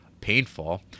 painful